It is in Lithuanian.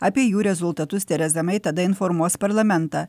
apie jų rezultatus tereza mei tada informuos parlamentą